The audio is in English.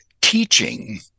teaching